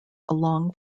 along